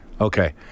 Okay